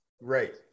Right